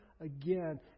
again